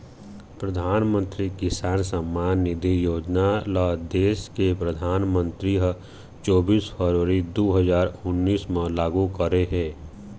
परधानमंतरी किसान सम्मान निधि योजना ल देस के परधानमंतरी ह चोबीस फरवरी दू हजार उन्नीस म लागू करे हे